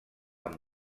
amb